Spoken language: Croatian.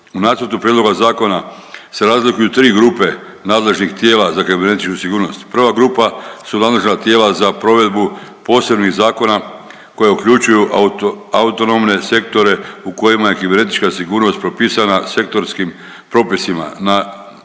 U Nacrtu prijedloga zakona se razlikuju tri grupe nadležnih tijela za kibernetičku sigurnost. Prva grupa su nadležna tijela za provedbu posebnih zakona koje uključuju autonomne sektore u kojima je kibernetička sigurnost propisana sektorskim propisima na EU,